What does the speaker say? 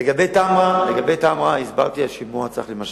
לגבי תמרה הסברתי, השימוע צריך להימשך.